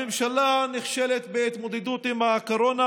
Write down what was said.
הממשלה נכשלת בהתמודדות עם הקורונה,